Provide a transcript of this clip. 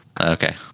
Okay